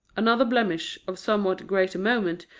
another blemish, of somewhat greater moment,